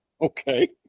Okay